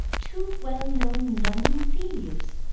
two well-known london thieves!